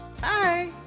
Bye